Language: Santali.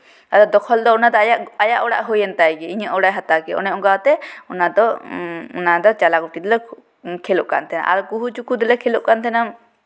ᱟᱫᱚ ᱫᱚᱠᱷᱚᱞ ᱫᱚ ᱚᱱᱟ ᱫᱚ ᱟᱭᱟᱜ ᱚᱲᱟᱜ ᱦᱩᱭᱮᱱ ᱛᱟᱭ ᱜᱮ ᱤᱧᱟᱹᱜ ᱚᱲᱟᱜ ᱮᱭ ᱦᱟᱛᱟᱣ ᱠᱮᱫᱟ ᱚᱱᱮ ᱚᱝᱠᱟ ᱠᱟᱛᱮ ᱚᱱᱟ ᱫᱚ ᱪᱟᱞᱟᱣ ᱜᱩᱴᱷᱤ ᱫᱚᱞᱮ ᱠᱷᱮᱹᱞᱳᱜ ᱠᱟᱱ ᱛᱟᱦᱮᱸᱫ ᱟᱨ ᱠᱩᱦᱩᱼᱪᱩᱠᱩ ᱫᱚᱞᱮ ᱠᱷᱮᱹᱞᱳᱜ ᱠᱟᱱ ᱛᱟᱦᱮᱱᱟ